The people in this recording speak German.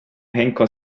henker